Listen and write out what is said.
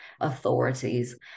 authorities